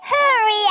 Hurry